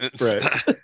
Right